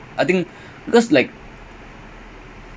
oh I forgot tier got third place for